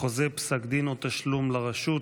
(חוזה, פסק דין או תשלום לרשות),